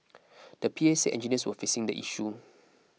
the P A said engineers were fixing the issue